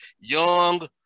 young